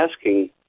asking